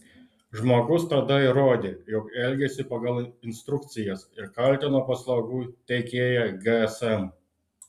žmogus tada įrodė jog elgėsi pagal instrukcijas ir kaltino paslaugų teikėją gsm